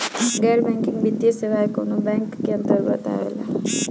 गैर बैंकिंग वित्तीय सेवाएं कोने बैंक के अन्तरगत आवेअला?